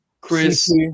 Chris